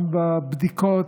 גם בבדיקות,